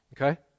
okay